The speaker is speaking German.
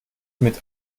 mit